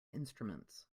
instruments